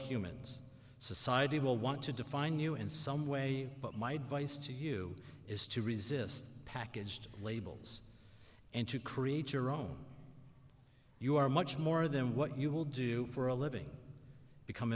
humans society will want to define you in some way but my advice to you is to resist packaged labels and to create your own you are much more than what you will do for a living become